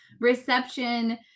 reception